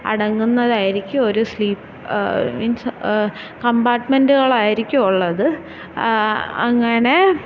അടങ്ങുന്നതായിരിക്കും ഒരു മീൻസ് കമ്പാർട്മെന്റുകളായിരിക്കും ഉള്ളത് അങ്ങനെ